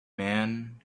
man